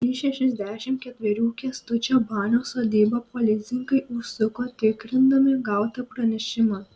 į šešiasdešimt ketverių kęstučio banio sodybą policininkai užsuko tikrindami gautą pranešimą